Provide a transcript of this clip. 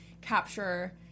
capture